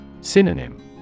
Synonym